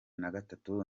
nagatatu